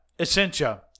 Essentia